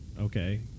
okay